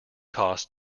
costs